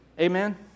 Amen